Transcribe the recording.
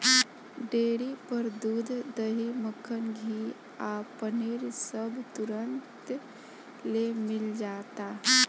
dairy पर दूध, दही, मक्खन, घीव आ पनीर अब तुरंतले मिल जाता